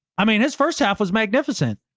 i mean his first half was magnificent.